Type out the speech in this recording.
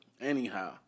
Anyhow